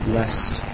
Blessed